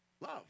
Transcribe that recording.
love